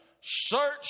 search